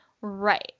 Right